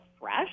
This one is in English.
fresh